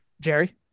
Jerry